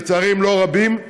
לצערי הם לא רבים,